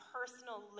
personal